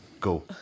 Go